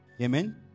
Amen